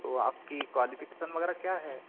तो आपकी क्वालीफिकेसन वग़ैरह क्या है